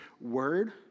word